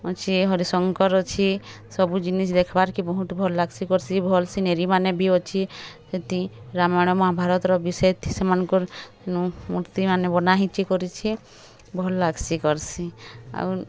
ଅଛି ହରିଶଙ୍କର୍ ଅଛି ସବୁ ଜିନିଷ୍ ଦେଖିବାର୍କେ ବହୁତ୍ ଭଲ୍ ଲାଗ୍ସି କର୍ସି ଭଲ୍ସି ନିରୀମାନେ ବି ଅଛି ସେଥି ରାମାୟଣ ମହାଭାରତ୍ର ବି ସେଥି ସେମାନଙ୍କର୍ ନୁ ମୂର୍ତିମାନେ ବନାହେଇଛି କରିଛି ଭଲ୍ ଲାଗ୍ସି କର୍ସି ଆଉ